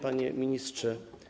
Panie Ministrze!